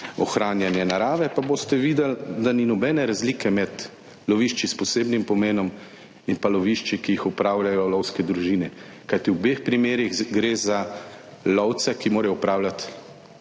ohranjanje narave, pa boste videli, da ni nobene razlike med lovišči s posebnim pomenom in pa lovišči, ki jih upravljajo lovske družine, kajti v obeh primerih gre za lovce, ki morajo opravljati